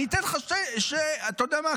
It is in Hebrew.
אני אתן לך שני, אתה יודע מה?